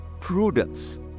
prudence